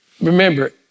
remember